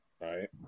right